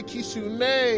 Kisune